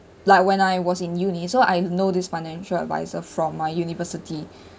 like when I was in uni so I know this financial advisor from my university